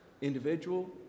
individual